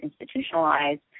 institutionalized